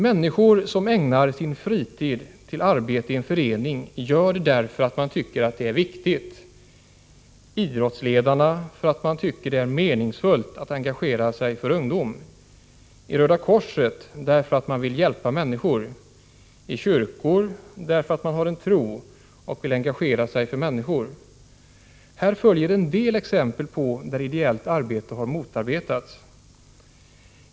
Människor som ägnar sin fritid åt arbete i en förening gör det därför att de tycker att det är viktigt: idrottsledarna för att de tycker att det är meningsfullt att engagera sig för ungdom, personer inom Röda korset därför att de vill hjälpa människor och i kyrkor därför att de har en tro och vill engagera sig för människor. Här följer en del exempel på hur ideellt arbete har motarbetats.